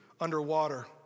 underwater